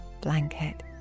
blanket